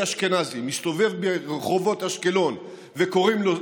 אשכנזי מסתובב ברחובות אשקלון וקוראים לו,